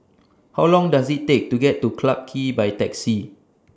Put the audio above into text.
How Long Does IT Take to get to Clarke Quay By Taxi